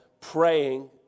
praying